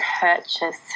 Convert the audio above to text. purchase